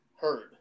heard